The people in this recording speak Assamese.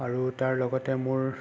আৰু তাৰ লগতে মোৰ